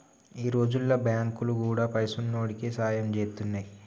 ఈ రోజుల్ల బాంకులు గూడా పైసున్నోడికే సాయం జేత్తున్నయ్